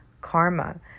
karma